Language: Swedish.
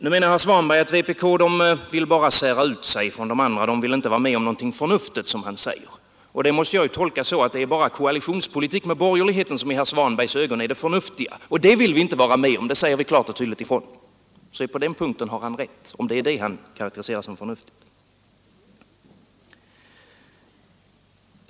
Nu menar herr Svanberg att vänsterpartiet kommunisterna bara vill sära ut sig från de andra, det vill inte vara med om någonting förnuftigt, som han säger. Det måste jag ju tolka så, att det är bara koalitionspolitik med borgerligheten som i herr Svanbergs ögon är det förnuftiga. Och det vill vi inte vara med om, det säger vi klart och tydligt ifrån! Så på den punkten har han rätt — om det är det han karakteriserar som förnuftigt.